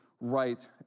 right